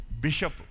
Bishop